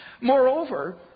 Moreover